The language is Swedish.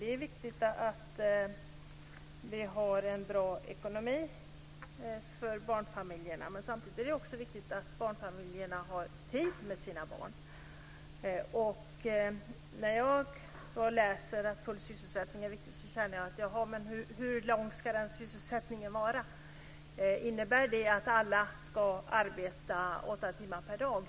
Det är viktigt att barnfamiljerna har en bra ekonomi, men samtidigt är det viktigt att barnfamiljerna har tid med sina barn. När jag då läser att full sysselsättning är viktigt undrar jag hur lång den sysselsättningen ska vara. Innebär det att alla ska arbeta åtta timmar per dag?